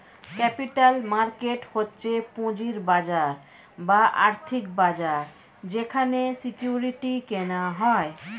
capital market হচ্ছে পুঁজির বাজার বা আর্থিক বাজার যেখানে সিকিউরিটি কেনা হয়